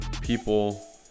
people